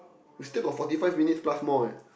we still got forty five minutes plus more eh